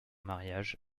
mariage